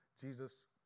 Jesus